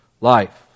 life